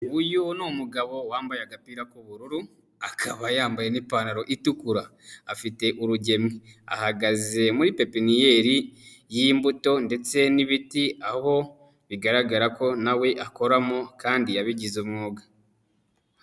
Uyu ni umugabo wambaye agapira k'ubururu akaba yambaye n'ipantaro itukura afite urugemwe ahagaze muri pepiniyeri y'imbuto ndetse n'ibiti aho bigaragara ko nawe akoramo kandi yabigize umwuga.